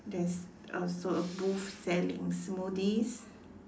there is also a booth selling smoothies